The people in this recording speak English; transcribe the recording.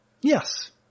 Yes